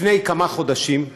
לפני כמה חודשים,